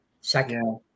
second